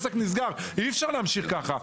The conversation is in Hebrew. עסק נסגר אי אפשר להמשיך ככה.